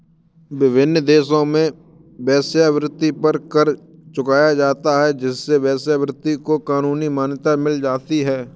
विभिन्न देशों में वेश्यावृत्ति पर कर चुकाया जाता है जिससे वेश्यावृत्ति को कानूनी मान्यता मिल जाती है